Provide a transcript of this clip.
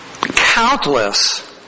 countless